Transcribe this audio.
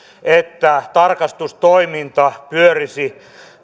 että tarkastustoiminta pyörisi